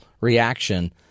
reaction